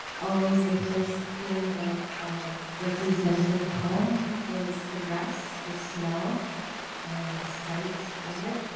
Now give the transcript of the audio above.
always, the first thing that represented home was the grass, the smell and the sight of it.